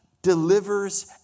Delivers